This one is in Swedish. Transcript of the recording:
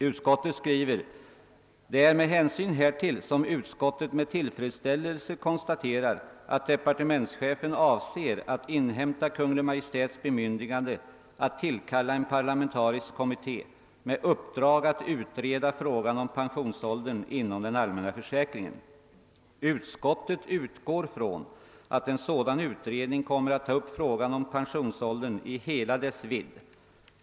Utskottet skriver: »Det är med hänsyn härtill som utskottet med tillfredsställelse konstaterar att departementschefen avser att inhämta Kungl. Maj:ts bemyndigande att tillkalia en parlamentarisk kommitté med uppdrag att utreda frågan om pensionsåldern inom den allmänna försäkringen. Utskottet utgår från att en sådan utredning kommer att ta upp frågan om pensionsåldern i hela dess vidd.